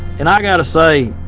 and i got to say,